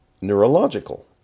neurological